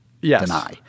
deny